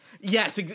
yes